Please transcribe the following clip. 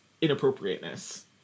inappropriateness